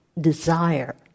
desire